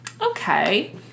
okay